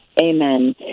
Amen